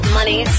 money